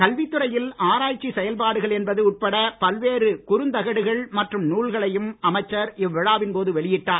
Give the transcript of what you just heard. கல்வித் துறையில் ஆராய்ச்சி செயல்பாடுகள் என்பது உட்பட பல்வேறு குறுந்தகடுகள் மற்றும் நூல்களையும் அமைச்சர் இவ்விழாவின் போது வெளியிட்டார்